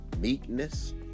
meekness